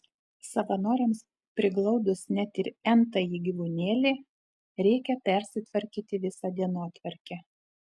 savanoriams priglaudus net ir n tąjį gyvūnėlį reikia persitvarkyti visą dienotvarkę